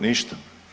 Ništa.